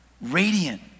Radiant